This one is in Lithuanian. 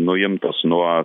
nuimtas nuo